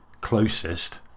closest